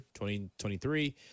2023